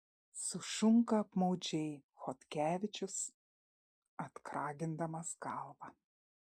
sušunka apmaudžiai chodkevičius atkragindamas galvą